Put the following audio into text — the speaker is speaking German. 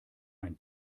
ein